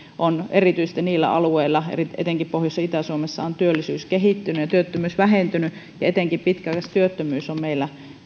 että erityisesti niillä alueilla etenkin pohjois ja itä suomessa on työllisyys kehittynyt ja työttömyys vähentynyt etenkin pitkäaikaistyöttömyys on meillä